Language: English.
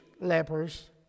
lepers